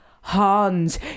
Hans